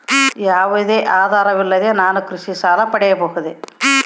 ಯಾವುದೇ ಆಧಾರವಿಲ್ಲದೆ ನಾನು ಕೃಷಿ ಸಾಲವನ್ನು ಪಡೆಯಬಹುದಾ?